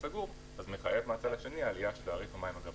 זה מחייב מהצד השני עלייה של תעריף המים הגבוה.